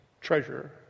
Treasure